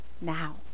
now